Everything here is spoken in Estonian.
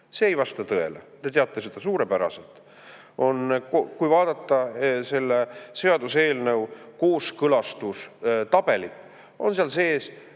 see ei vasta tõele, te teate seda suurepäraselt. Kui vaadata selle seaduseelnõu kooskõlastamise tabelit, on seal sees